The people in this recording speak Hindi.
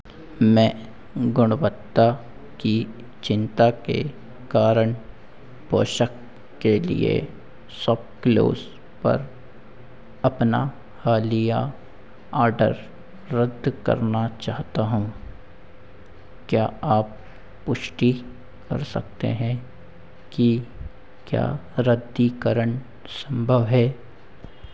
मैं गुणवत्ता की चिंता के कारण पोषक के लिए सोपक्लूज़ पर अपना हालिया ऑडर रद्द करना चाहता हूँ क्या आप पुष्टि कर सकते हैं कि क्या रद्दीकरण संभव है